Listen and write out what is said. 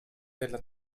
della